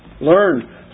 Learn